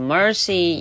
Mercy